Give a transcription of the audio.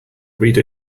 reader